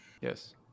Yes